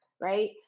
right